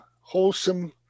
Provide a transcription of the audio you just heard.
wholesome